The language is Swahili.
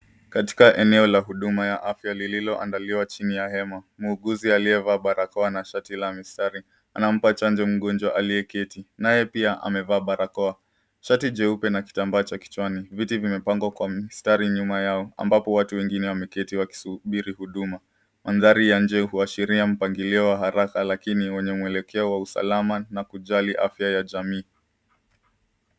Katika eneo la huduma ya afya lililoandaliwa chini ya hema, muuguzi aliyevaa barakoa na shati la mistari anampa chanjo mgonjwa aliye keti, naye pia amevaa barakoa, shati jeupe na kitambaa cha kichwani. Viti vimepangwa kwa mistari nyuma yao, ambapo watu wengi wameketi wakisubiri huduma. Mandhari ya nje huashiria mpangilio wa haraka lakini wenye mwelekeo wa usalama na kujali afya ya jamii.